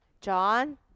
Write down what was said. John